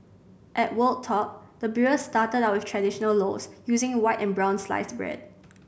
at Wold Top the brewers started out with traditional loaves using white and brown sliced bread